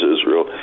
Israel